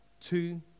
two